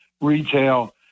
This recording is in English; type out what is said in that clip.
retail